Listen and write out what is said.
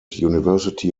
university